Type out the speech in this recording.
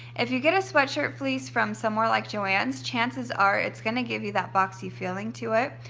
if you get a sweatshirt fleece from somewhere like joann's chances are it's going to give you that boxy feeling to it,